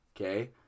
Okay